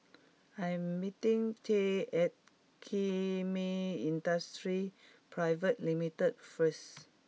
I am meeting Tyree at Kemin Industries Pte Ltd first